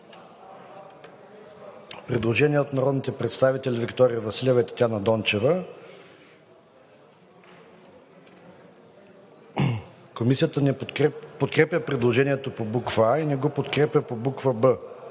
Предложение от народните представители Виктория Василева и Татяна Дончева. Комисията подкрепя предложението по буква „а“ и не го подкрепя по буква